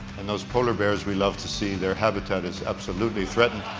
and those polar bears we love to see, their habitat is absolutely threatened.